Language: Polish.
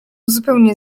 zupełnie